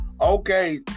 Okay